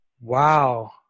Wow